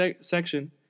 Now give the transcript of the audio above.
section